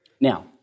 Now